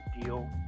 deal